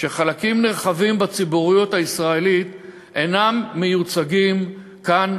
כך שחלקים נרחבים בציבוריות הישראלית אינם מיוצגים כאן,